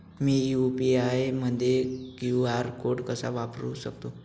मी UPI मध्ये QR code कसा वापरु शकते?